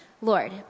Lord